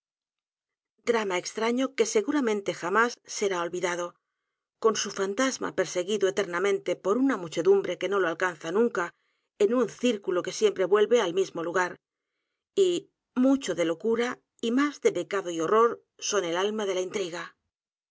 a extraño que seguramente j a m á s será olvidado i con su fantasma perseguido eternamente por una muchedumbre que no lo alcanza nunca en un círculo que siempre vuelve al mismo l u g a r y m u c h o de locura y más de pecado y horror son el alma de la intriga